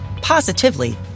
positively